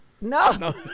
no